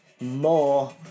more